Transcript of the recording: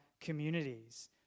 communities